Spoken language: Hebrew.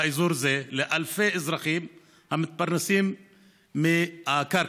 באזור זה לאלפי אזרחים המתפרנסים מהקרקע,